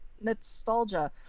nostalgia